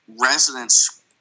residents